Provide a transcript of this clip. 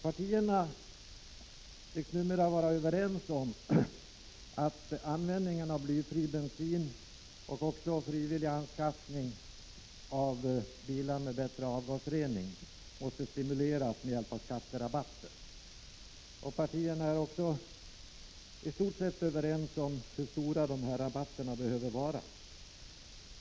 Partierna tycks numera vara överens om att användningen av blyfri bensin och även frivillig anskaffning av bilar med bättre avgasrening måste stimuleras med hjälp av skatterabatter. Partierna är också i stort sett överens om hur stora dessa rabatter behöver vara.